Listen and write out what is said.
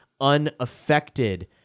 unaffected